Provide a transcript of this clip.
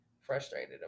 frustrated